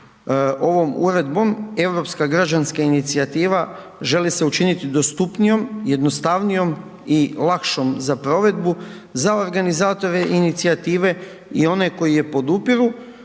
Ovom uredbom Europska građanska inicijativa želi se učiniti dostupnijom, jednostavnijom i lakšom za provedbu za organizatore inicijative i one koji ju podupiru